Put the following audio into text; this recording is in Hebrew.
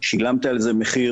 שילמת על זה מחיר,